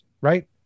right